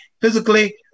physically